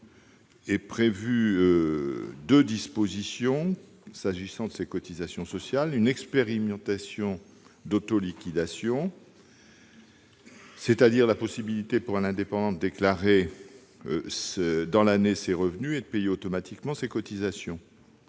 sont prévues deux dispositions s'agissant de ces cotisations sociales : une expérimentation d'auto-liquidation, c'est-à-dire la possibilité pour un travailleur indépendant de déclarer dans l'année ses revenus et de payer automatiquement ses cotisations,